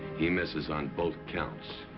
he misses on both counts.